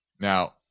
Now